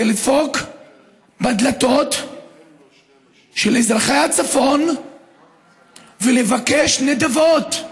זה לדפוק בדלתות של אזרחי הצפון ולבקש נדבות: